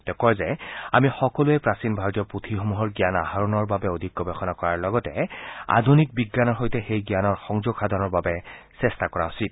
তেওঁ কয় যে আমি সকলোৱে প্ৰাচীন ভাৰতীয় পুথিসমূহৰ জ্ঞান আহৰণৰ বাবে অধিক গৱেষণা কৰাৰ লগতে আধুনিক বিজ্ঞানৰ সৈতে সেই জ্ঞানৰ সংযোগ সাধনৰ বাবে চেষ্টা কৰা উচিত